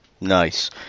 Nice